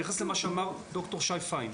אני מתייחס למה שאמר ד"ר שי פיין.